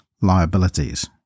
liabilities